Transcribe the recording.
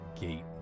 gate